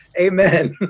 Amen